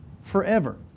forever